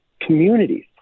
communities